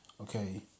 okay